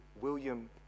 William